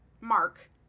Mark